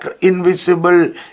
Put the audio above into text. invisible